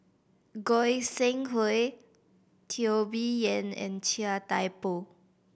Goi Seng Hui Teo Bee Yen and Chia Thye Poh